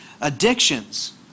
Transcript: addictions